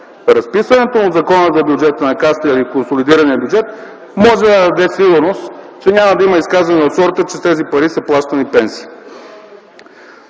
Разписването му в Закона за бюджета на Касата или консолидирания бюджет може да даде сигурност, че няма да има изказвания от сорта, че с тези пари са плащани пенсии.